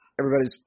everybody's